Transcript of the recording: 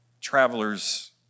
travelers